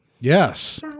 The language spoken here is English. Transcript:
Yes